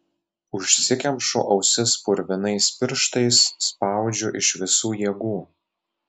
užsikemšu ausis purvinais pirštais spaudžiu iš visų jėgų